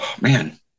man